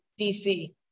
DC